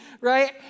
right